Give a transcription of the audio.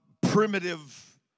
primitive